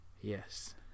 yes